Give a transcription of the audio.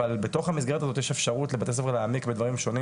אבל בתוך המסגרת הזאת יש אפשרות לבתי ספר להעמיק בדברים שונים